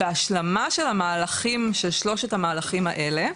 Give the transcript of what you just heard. בהשלמה של שלושת המהלכים האלה,